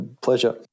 Pleasure